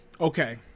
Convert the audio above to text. okay